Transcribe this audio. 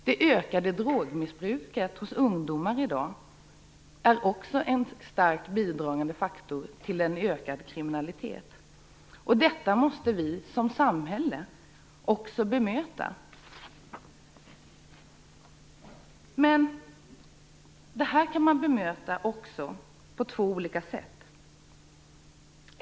Det ökade drogmissbruket hos ungdomar i dag är också en starkt bidragande faktor till den ökade kriminaliteten. Detta måste vi som samhälle bemöta, men det kan göras på två olika sätt.